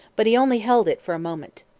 but he only held it for a moment.